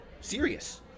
serious